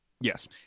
Yes